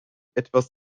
etwas